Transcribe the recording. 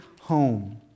home